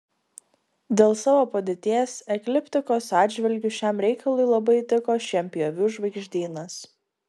dėl savo padėties ekliptikos atžvilgiu šiam reikalui labai tiko šienpjovių žvaigždynas